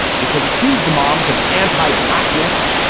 which has accused the moms of anti blackness.